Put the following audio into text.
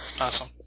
Awesome